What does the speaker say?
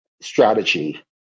strategy